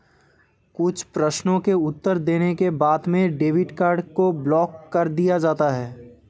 कुछ प्रश्नों के उत्तर देने के बाद में डेबिट कार्ड को ब्लाक कर दिया जाता है